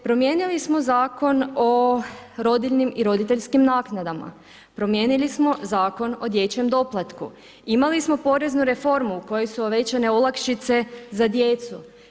Promijenili smo Zakon o rodiljnim i roditeljskim naknadama, promijenili smo Zakon o dječjem doplatku, imali smo poreznu reformu u kojoj su uvećane olakšice za djecu.